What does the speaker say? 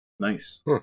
Nice